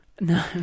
No